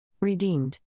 Redeemed